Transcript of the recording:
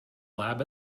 lab